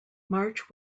march